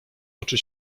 oczy